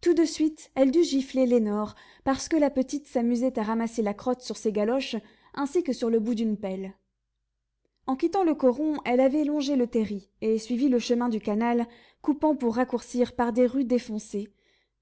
tout de suite elle dut gifler lénore parce que la petite s'amusait à ramasser la crotte sur ses galoches ainsi que sur le bout d'une pelle en quittant le coron elle avait longé le terri et suivi le chemin du canal coupant pour raccourcir par des rues défoncées